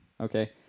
Okay